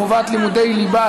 חובת לימודי ליבה),